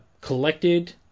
collected